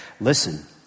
listen